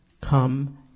Come